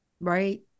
Right